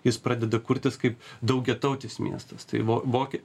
jis pradeda kurtis kaip daugiatautis miestas tai vo vokie